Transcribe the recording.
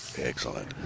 excellent